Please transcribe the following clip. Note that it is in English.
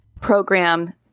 program